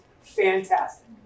Fantastic